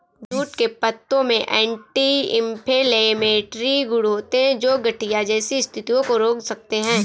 jute के पत्तों में एंटी इंफ्लेमेटरी गुण होते हैं, जो गठिया जैसी स्थितियों को रोक सकते हैं